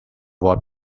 what